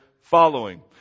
following